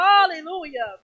Hallelujah